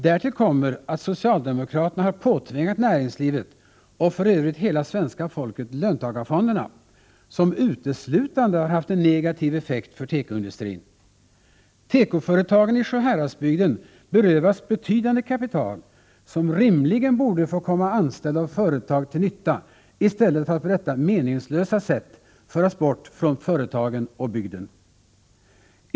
Därtill kommer att socialdemokraterna har påtvingat näringslivet och för övrigt hela svenska folket löntagarfonderna, som uteslutande har haft en negativ effekt för tekoindustrin. Tekoföretagen i Sjuhäradsbygden berövas betydande kapital, som rimligen borde få komma anställda och företag till nytta i stället för att på detta meningslösa sätt föras bort från företagen och bygden.